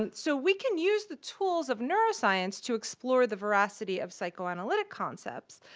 and so we can use the tools of neuroscience to explore the veracity of psychoanalytic concepts.